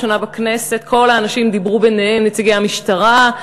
פעם ראשונה בכנסת כל האנשים דיברו ביניהם: נציגי המשטרה,